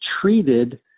treated